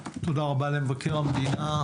תודה רבה למבקר המדינה.